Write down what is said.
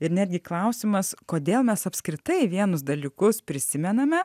ir netgi klausimas kodėl mes apskritai vienus dalykus prisimename